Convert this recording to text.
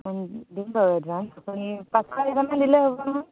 দিম বাৰ এডভান্স আপুনি পাঁচ মান দিলে হ'ব ন